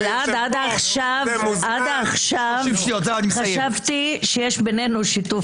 גלעד, עד עכשיו חשבתי שיש בינינו שיתוף פעולה.